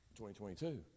2022